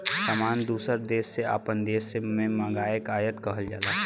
सामान दूसर देस से आपन देश मे मंगाए के आयात कहल जाला